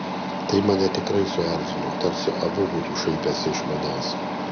tai mane tikrai suerzino tarsi abu būtų šaipęsi iš manęs